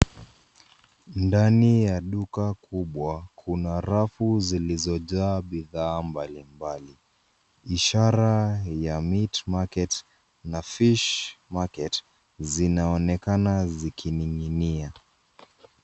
Ndani ya duka kubwa kuna rafu zilizojaa bidhaa mbalimbali ishara ya meat market na fish market zinaonekana zikininginia.